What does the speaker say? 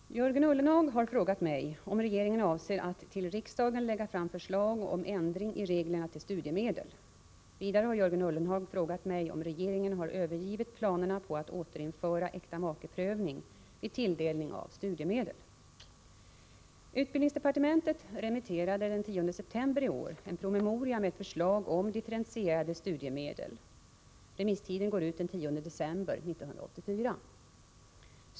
Herr talman! Jörgen Ullenhag har frågat mig om regeringen avser att till riksdagen lägga fram förslag om ändring i reglerna för studiemedel. Vidare har Jörgen Ullenhag frågat mig om regeringen har övergivit planerna på att återinföra äktamakeprövning vid tilldelning av studiemedel. Utbildningsdepartementet remitterade den 10 september i år en promemoria med förslag om differentierade studiemedel . Remisstiden går ut den 10 december 1984.